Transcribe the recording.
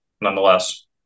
nonetheless